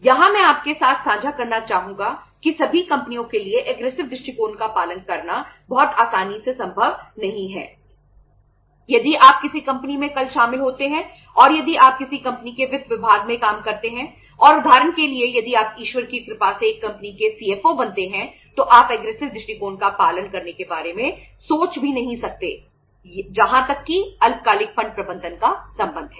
यहां मैं आपके साथ साझा करना चाहूंगा कि सभी कंपनियों के लिए एग्रेसिव प्रबंधन का संबंध है